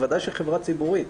בוודאי של חברה ציבורית.